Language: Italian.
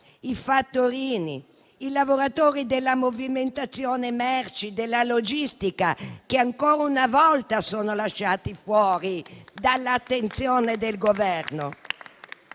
i fattorini e i lavoratori della movimentazione merci e della logistica che, ancora una volta, sono lasciati fuori dall'attenzione del Governo.